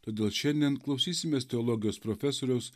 todėl šiandien klausysimės teologijos profesoriaus